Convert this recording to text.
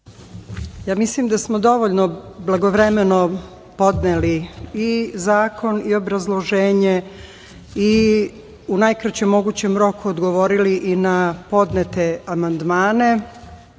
Mislim da smo dovoljno blagovremeno podneli i zakon i obrazloženje i u najkraćem mogućem roku odgovorili i na podnete amandmane,